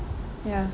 ya